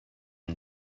had